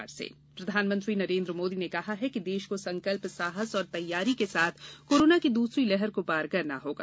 प्रधानमंत्री संबोधन प्रधानमंत्री नरेंद्र मोदी ने कहा है कि देश को संकल्प साहस और तैयारी के साथ कोरोना की दूसरी लहर को पार करना होगा